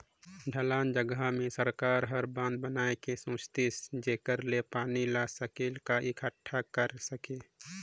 ढलान जघा मे सरकार हर बंधा बनाए के सेचित जेखर ले पानी ल सकेल क एकटठा कर सके